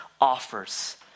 offers